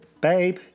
babe